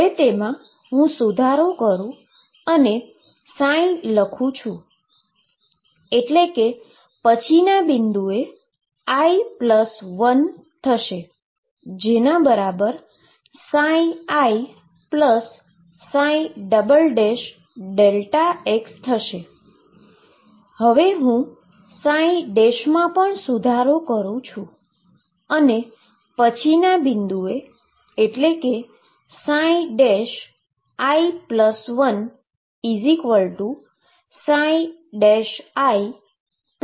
હવે તેમા હું સુધારો કરું અને લખું પછીના બિંદુએ એટલે કે i1 ψiΔx થશે અને હું માં પણ સુધારો કરુ અને પછીના બિંદુએ i1 iΔx થશે